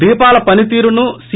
దీపాల పనితీరును సి